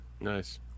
Nice